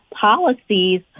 policies